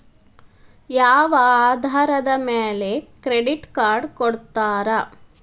ಯಾವ ಆಧಾರದ ಮ್ಯಾಲೆ ಕ್ರೆಡಿಟ್ ಕಾರ್ಡ್ ಕೊಡ್ತಾರ?